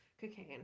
cocaine